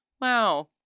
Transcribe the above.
Wow